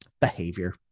behavior